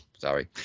Sorry